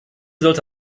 sollte